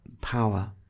power